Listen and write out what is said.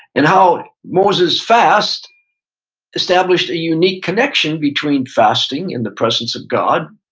and how moses fast established a unique connection between fasting in the presence of god,